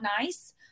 nice